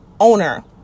owner